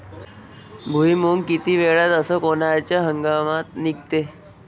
भुईमुंग किती वेळात अस कोनच्या हंगामात निगते?